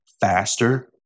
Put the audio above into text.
faster